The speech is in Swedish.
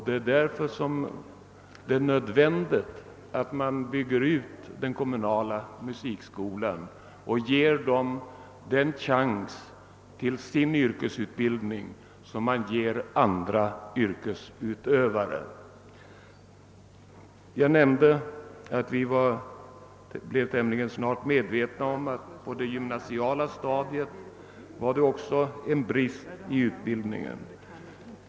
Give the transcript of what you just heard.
Det är därför nödvändigt att man bygger ut den kommunala musikskolan och ger de musikstuderande ungdomarna samma chans till yrkesutbildning som andra ungdomar. Jag nämnde att vi tämligen snart blev medvetna om att det även på det gymnasiala stadiet förelåg en brist i musikutbildningen.